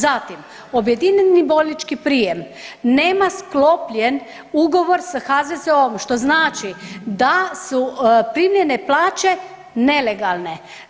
Zatim, objedinjeni bolnički prijem nema sklopljen ugovor sa HZZO-om što znači da su primljene plaće nelegalne.